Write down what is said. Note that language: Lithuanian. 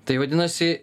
tai vadinasi